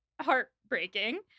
heartbreaking